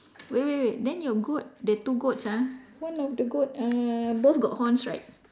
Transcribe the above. wait wait wait then your goat the two goats ah one of the goat uh both got horns right